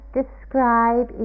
describe